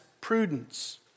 prudence